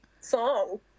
song